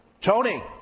tony